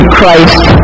Christ